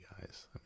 guys